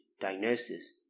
diagnosis